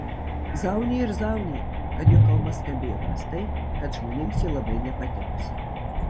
zaunija ir zaunija kad jo kalba skambėjo prastai kad žmonėms ji labai nepatikusi